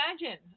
imagine